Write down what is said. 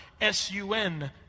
S-U-N